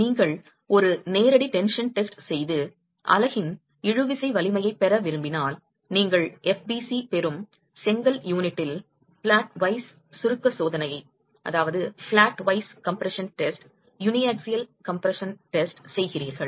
நீங்கள் ஒரு நேரடி டென்ஷன் டெஸ்ட் செய்து அலகின் இழுவிசை வலிமையைப் பெற விரும்பினால் நீங்கள் fbc பெறும் செங்கல் யூனிட்டில் பிளாட் வைஸ் சுருக்க சோதனையை யூனியாக்சியல் கம்ப்ரஷன் டெஸ்ட் செய்கிறீர்கள்